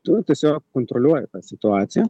tu tiesiog kontroliuoji situaciją